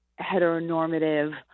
heteronormative